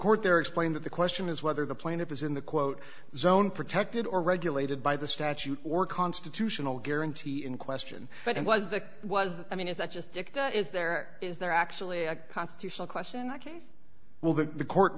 court there explained that the question is whether the plaintiff is in the quote zone protected or regulated by the statute or constitutional guarantee in question but it was that was i mean is that just is there is there actually a constitutional question well that the court